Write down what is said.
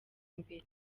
imbere